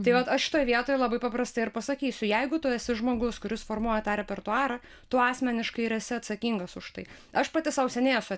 tai vat aš šitoj vietoj labai paprastai ir pasakysiu jeigu tu esi žmogus kuris formuoja tą repertuarą tu asmeniškai ir esi atsakingas už tai aš pati sau seniai esu